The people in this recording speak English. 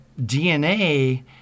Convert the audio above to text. DNA